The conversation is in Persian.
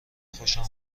خوشم